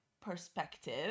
perspective